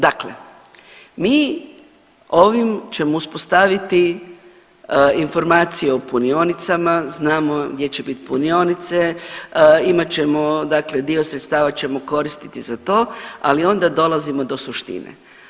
Dakle, mi ovim ćemo uspostaviti informacije o punionicama, znamo gdje će biti punionice, imat ćemo dakle dio sredstava ćemo koristiti za to, ali onda dolazimo do suštine.